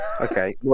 Okay